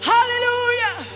Hallelujah